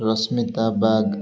Rashmita Bag